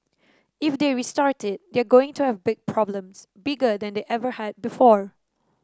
if they restart it they're going to have big problems bigger than they ever had before